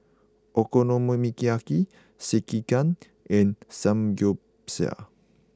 Okonomiyaki Sekihan and Samgeyopsal